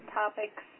topics